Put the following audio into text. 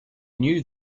knew